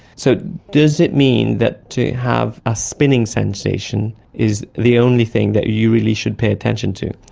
so does it mean that to have a spinning sensation is the only thing that you really should pay attention to?